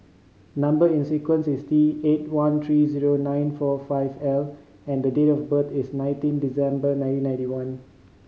number is sequence is T eight one three zero nine four five L and date of birth is nineteen December nineteen ninety one